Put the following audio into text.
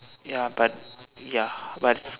ya but ya but